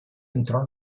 entrò